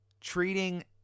Treating